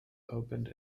opened